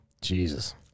Jesus